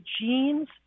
genes